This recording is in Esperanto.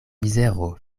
mizero